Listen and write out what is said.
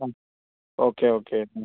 ആ okay okay